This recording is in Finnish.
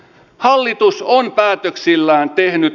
hallitus on päätöksillään tehnyt